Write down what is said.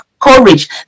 courage